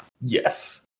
Yes